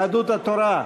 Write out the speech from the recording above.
יהדות התורה: